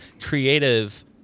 creative